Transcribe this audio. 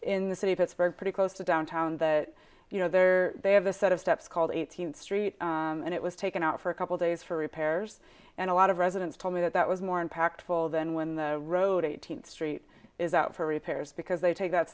in the city of pittsburgh pretty close to downtown that you know there they have a set of steps called eighteenth street and it was taken out for a couple days for repairs and a lot of residents told me that that was more impactful than when the road eighteenth street is out for repairs because they take